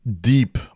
deep